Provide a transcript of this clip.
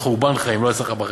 חורבן חיים, לא הצלחה בחיים,